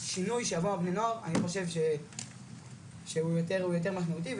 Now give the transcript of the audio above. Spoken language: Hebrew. שינוי שיבוא מבני הנוער אני חושב שהוא יותר משמעותי,